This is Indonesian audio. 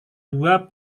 dua